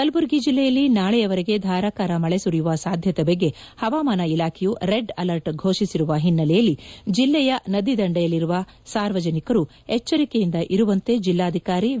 ಕಲಬುರಗಿ ಜಿಲ್ಲೆಯಲ್ಲಿ ನಾಳೆವರೆಗೆ ಧಾರಾಕಾರ ಮಳೆ ಸುರಿಯುವ ಸಾಧ್ಯತೆ ಬಗ್ಗೆ ಹವಾಮಾನ ಇಲಾಖೆಯು ರೆಡ್ ಅಲರ್ಟ್ ಫೋಷಿಸಿರುವ ಹಿನ್ನೆಲೆಯಲ್ಲಿ ಜಿಲ್ಲೆಯ ನದಿ ದಂಡೆಯಲ್ಲಿರುವ ಸಾರ್ವಜನಿಕರು ಎಚ್ಚರಿಕೆಯಿಂದ ಇರುವಂತೆ ಜಿಲ್ಲಾಧಿಕಾರಿ ವಿ